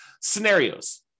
scenarios